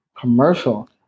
commercial